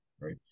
Right